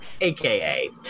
AKA